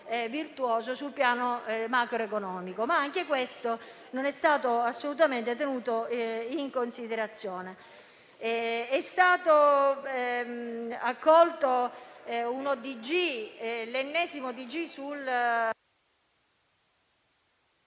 virtuoso sul piano macroeconomico. Anche questo non è stato assolutamente tenuto in considerazione. È stato accolto l'ennesimo ordine